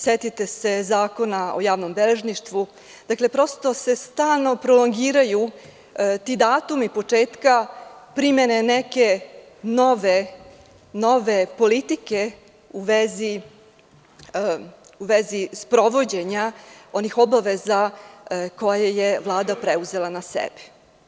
Setite se Zakona o javnom beležništvu, prosto se stalno prolongiraju ti datumi početka primene neke nove politike u vezi sprovođenja onih obaveza koje je Vlada preuzela na sebe.